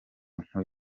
nkuru